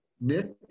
Nick